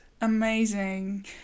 amazing